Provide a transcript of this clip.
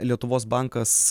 lietuvos bankas